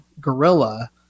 gorilla